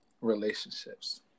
relationships